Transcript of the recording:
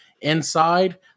inside